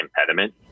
impediment